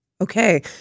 Okay